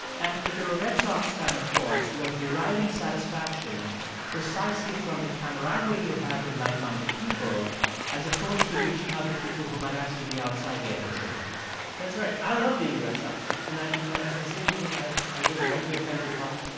and if you're a red sox fan, of course, you are deriving satisfaction precisely from the camaraderie you have with like-minded people as opposed to reaching out to people who might actually be outside the echo chamber that's right. i love being a red sox fan. and, you know, as i say in the book, i've i live right near fenway park.